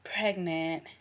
pregnant